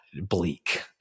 bleak